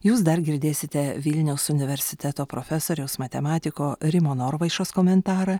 jūs dar girdėsite vilniaus universiteto profesoriaus matematiko rimo norvaišos komentarą